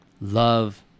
Love